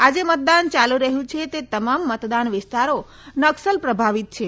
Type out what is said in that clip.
આજે મતદાન ચાલી રહ્યું છે તે તમામ મતદાન વિસ્તારો નકસલ પ્રભાવિત છે